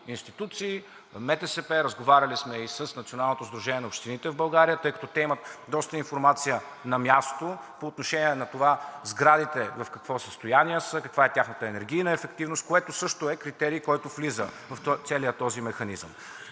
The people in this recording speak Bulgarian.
на общините в България, тъй като те имат доста информация на място по отношение на това сградите в какво състояние са, каква е тяхната енергийна ефективност, което също е критерий, който влиза в целия този механизъм.